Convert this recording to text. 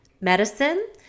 medicine